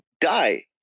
die